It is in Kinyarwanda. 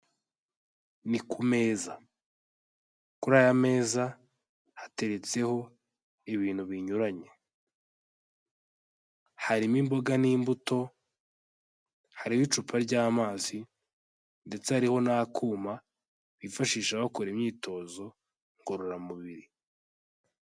Ni ku meza. kuri aya meza hateretseho ibintu binyuranye. Harimo imboga n'imbuto, hariho icupa ry'amazi ndetse hariho n'akuma bifashisha bakora imyitozo ngororamubiri.